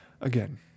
again